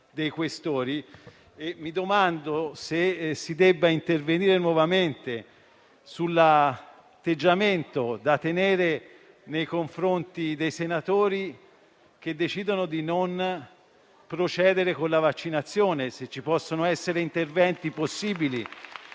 mi domando dunque se si debba intervenire nuovamente sull'atteggiamento da tenere nei confronti dei senatori che decidono di non procedere alla vaccinazione e se ci siano interventi possibili.